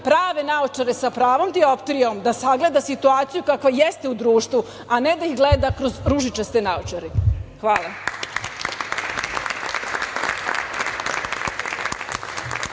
prave naočare sa pravom dioptrijom da sagleda situaciju kakva jeste u društvu a ne da ih gleda kroz ružičaste naočare. Hvala.